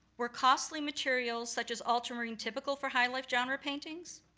were costly materials, such as ultramarine typical for high life genre paintings?